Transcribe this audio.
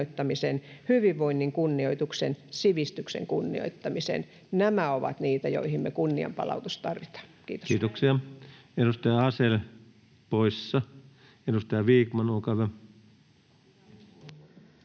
hyvinvoinnin kunnioituksen, sivistyksen kunnioittamisen — nämä ovat niitä, joihin me kunnianpalautus tarvitaan. Kiitoksia. — Edustaja Asell poissa. — Edustaja Vikman, olkaa hyvä.